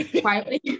quietly